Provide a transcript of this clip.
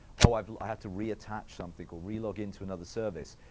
oh, i have to reattach something or re-log into another service.